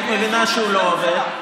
היית מבינה שהוא לא עובד.